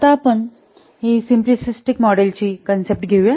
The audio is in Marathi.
आता आपण ही सिम्पलीस्टीक मॉडेलची कंसेप्ट घेऊ या